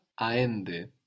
aende